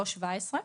לא 17,